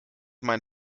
mein